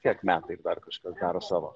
tiek metai dar kažkas daro savo